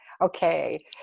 okay